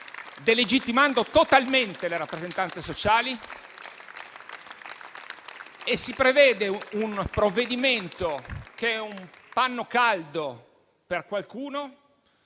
delegittimando totalmente le rappresentanze sociali. Si prevede un provvedimento che è un panno caldo per qualcuno,